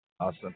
Awesome